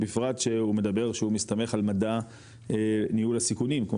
בפרט שהוא מדבר שהוא מסתמך על מדע ניהול הסיכונים כמו